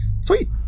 Sweet